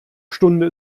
stunde